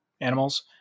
animals